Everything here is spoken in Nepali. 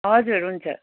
हजुर हुन्छ